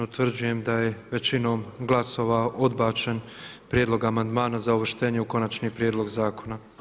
Utvrđujem da je većinom glasova odbačen prijedlog amandmana da se uvrsti u konačni prijedlog zakona.